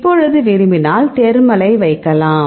இப்பொழுது விரும்பினால் தேர்மலை வைக்கலாம்